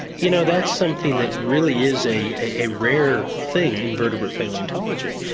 you know that's something that really is a a rare thing in vertebrate palaeontology.